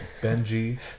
Benji